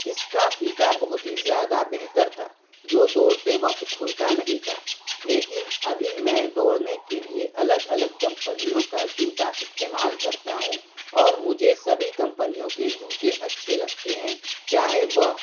اس کا فیتا بہت ہی زیادہ بہتر تھا جو دوڑتے وقت کھلتا نہیں تھا لیکن ابھی میں دوڑنے کے لیے الگ الگ کمپنیوں کا جوتا استعمال کرتا ہوں اور مجھے سبھی کمپنیوں کے جوتے اچھے لگتے ہیں چاہے وہ